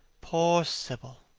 poor sibyl!